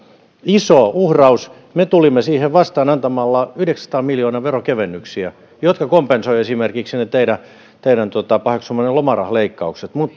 iso uhraus me tulimme siihen vastaan antamalla yhdeksänsadan miljoonan veronkevennyksiä jotka kompensoivat esimerkiksi niitä teidän paheksumianne lomarahaleikkauksia